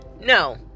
No